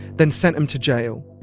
then sent them to jail.